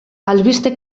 albiste